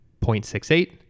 0.68